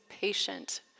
patient